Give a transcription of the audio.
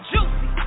Juicy